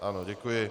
Ano, děkuji.